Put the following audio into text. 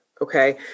okay